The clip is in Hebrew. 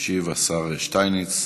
ישיב השר שטייניץ,